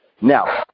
Now